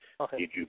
Okay